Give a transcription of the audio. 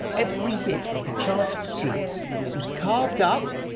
every bit of the charted streets was carved up.